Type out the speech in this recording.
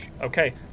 Okay